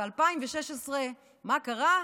ב-2016 מה קרה?